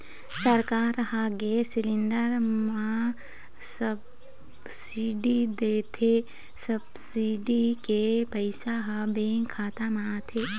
सरकार ह gas cylinder म सब्सिडी देथे, सब्सिडी के पइसा ह बेंक खाता म आथे